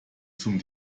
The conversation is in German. zum